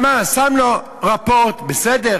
הוא שם לו רפורט, בסדר,